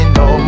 no